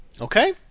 Okay